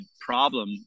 problem